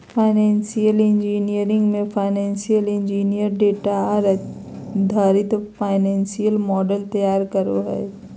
financial engineering मे financial engineer data आधारित financial models तैयार करो हय